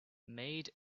made